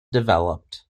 developed